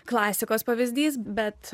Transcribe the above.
klasikos pavyzdys bet